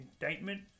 indictment